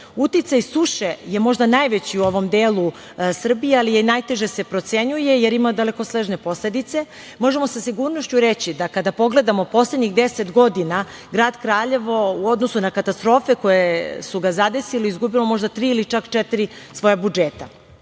suše je možda najveći u ovom delu Srbije, ali i najteže se procenjuje jer ima dalekosežne posledice. Možemo sa sigurnošću reći da, kada pogledamo poslednjih deset godina, grad Kraljevo u odnosu na katastrofe koje su ga zadesile, izgubilo je možda tri ili čak četiri svoja budžeta